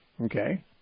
Okay